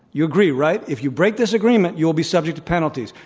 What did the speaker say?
you agree. right? if you break this agreement, you will be subject to penalties.